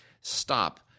stop